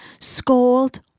scold